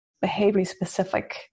behavior-specific